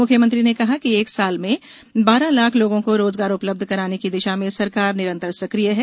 मुख्यमंत्री ने कहा कि एक साल में बारह लाख लोगों को रोजगार उपलब्ध कराने की दिशा में सरकार निरंतर सक्रिय है